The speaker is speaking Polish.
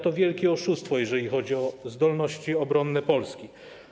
To wielkie oszustwo, jeżeli chodzi o zdolności obronne w Polsce.